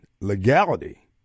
legality